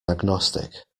agnostic